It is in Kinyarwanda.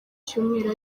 cyumweru